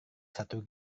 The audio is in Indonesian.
satu